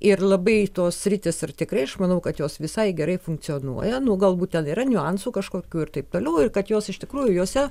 ir labai tos sritys ir tikrai aš manau kad jos visai gerai funkcionuoja galbūt ten yra niuansų kažkokių ir taip toliau ir kad jos iš tikrųjų jose